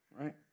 Right